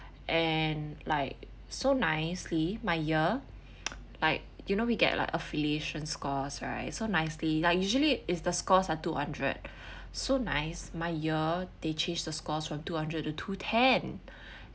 and like so nicely my year like you know we get like affiliation scores right so nicely like usually is the scores are two hundred so nice my year they change the scores from two hundred to two ten